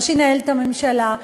לא שינהל את הממשלה,